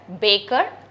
baker